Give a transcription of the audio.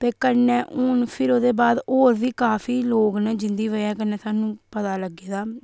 ते कन्नै हून फिर ओह्दे बाद होर बी काफी लोक न जिंदी बजह् कन्नै सानू पता लग्गे दा